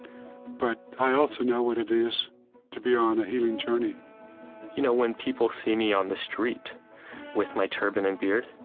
but i also know what it is to be on a healing journey you know when people see me on the street with my turban and beard,